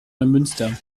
neumünster